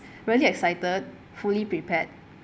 really excited fully prepared